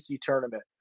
tournament